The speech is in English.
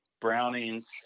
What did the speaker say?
Brownings